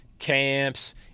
camps